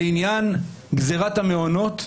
לעניין גזרת המעונות.